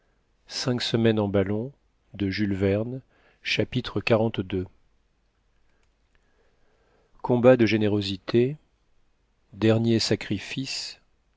chapitre xlii combat de générosité dernier sacrifice